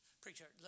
Preacher